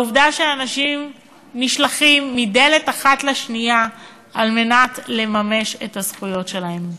העובדה שאנשים נשלחים מדלת אחת לשנייה כדי לממש את הזכויות שלהם.